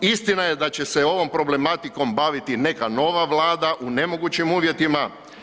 Istina je da će se ovom problematikom baviti neka nova vlada u nemogućim uvjetima.